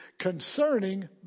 concerning